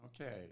Okay